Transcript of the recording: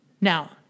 now